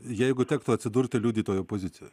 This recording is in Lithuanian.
jeigu tektų atsidurti liudytojo pozicijoj